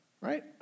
right